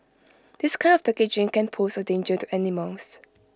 this kind of packaging can pose A danger to animals